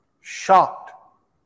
shocked